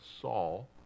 Saul